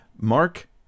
Mark